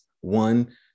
one